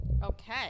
Okay